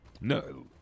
No